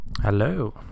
Hello